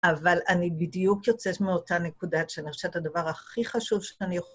אבל אני בדיוק יוצאת מאותה נקודת שאני חושבת הדבר הכי חשוב שאני יכולה...